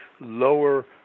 lower